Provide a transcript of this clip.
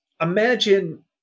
Imagine